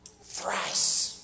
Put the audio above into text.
Thrice